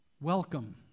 Welcome